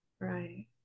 Right